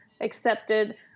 accepted